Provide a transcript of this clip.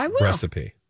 recipe